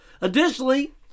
Additionally